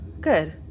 good